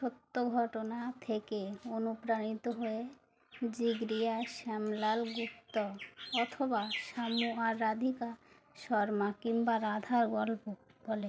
সত্য ঘটনা থেকে অনুপ্রাণিত হয়ে জিগরিয়া শ্যামলাল গুপ্ত অথবা শামু আর রাধিকা শর্মা কিম্বা রাধার গল্প বলে